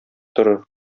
торыр